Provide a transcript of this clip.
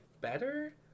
better